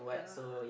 yeah